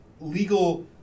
legal